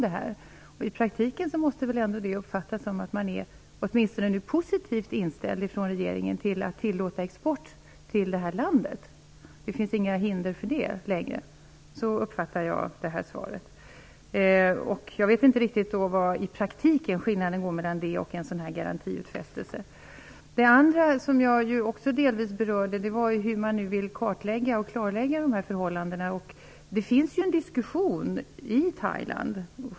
I praktiken måste det väl ändå uppfattas som att man från regeringens sida åtminstone är positivt inställd till att tillåta export till det här landet. Det finns inte längre några hinder för det. Så uppfattar jag svaret. Jag vet inte var skillnaden är i praktiken mellan detta och en garantiutfästelse. Det andra som jag delvis berörde gäller hur man vill kartlägga och klarlägga dessa förhållanden. Det pågår en diskussion i Thailand.